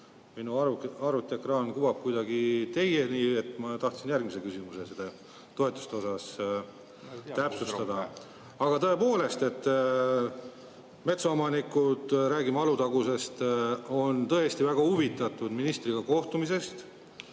minu arvutiekraan kuvab kuidagi teieni, et ma tahtsin järgmise küsimuse esitada toetuste kohta ja seda täpsustada. Aga tõepoolest, metsaomanikud on – räägime Alutagusest – tõesti väga huvitatud ministriga kohtumisest,